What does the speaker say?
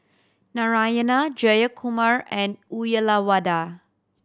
Narayana Jayakumar and Uyyalawada